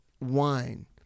wine